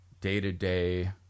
day-to-day